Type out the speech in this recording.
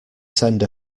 send